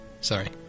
Sorry